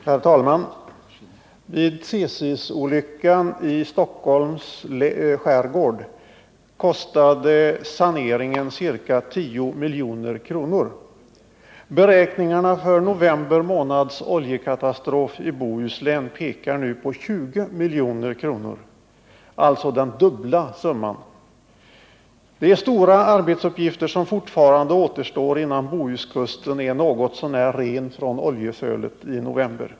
Herr talman! Vid Tsesis-olyckan i Stockholms skärgård kostade saneringen ca 10 milj.kr. Beräkningarna för november månads oljekatastrof i Bohuslän pekar nu på 20 milj.kr., alltså den dubbla summan. Det är stora arbetsuppgifter som fortfarande återstår innan Bohuskusten är något så när ren från oljesölet från november.